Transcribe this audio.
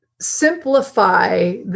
simplify